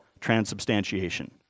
transubstantiation